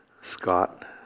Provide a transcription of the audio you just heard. Scott